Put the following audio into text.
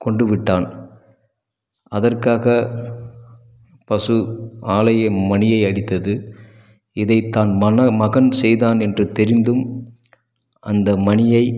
கொன்று விட்டான் அதற்காக பசு ஆலய மணியை அடித்தது இதை தன் மகன் செய்தான் என்று தெரிந்தும் அந்த மணியை